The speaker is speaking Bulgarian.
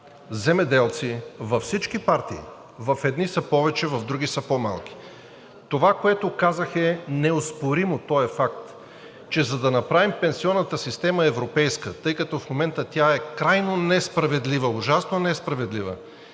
земеделци, във всички партии. В едни са повече, в други са по-малко. Това, което казах, е неоспоримо, то е факт, че за да направим пенсионната система европейска, тъй като в момента тя е крайно несправедлива, ужасно несправедлива,